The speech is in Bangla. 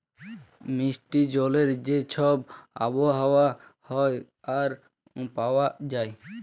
মিষ্টি জলের যে ছব আবহাওয়া হ্যয় আর পাউয়া যায়